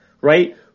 right